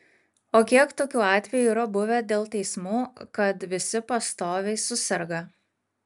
o kiek tokių atvejų yra buvę dėl teismų kad visi pastoviai suserga